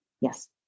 Yes